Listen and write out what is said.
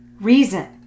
reason